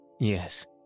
yes